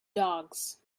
dogs